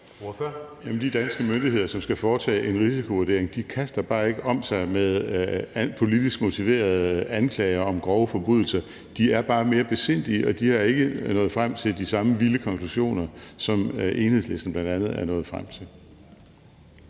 de danske myndigheder, som skal foretage en risikovurdering, kaster ikke om sig med politisk motiverede anklager om grove forbrydelser. De er bare mere besindige, og de er ikke nået frem til de samme vilde konklusioner, som Enhedslisten bl.a. er nået frem til.